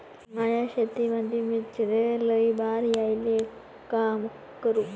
माया शेतामंदी मिर्चीले लई बार यायले का करू?